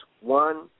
One